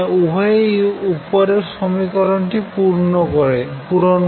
উভয়েই উপরের সমিকরনটি পূরণ করে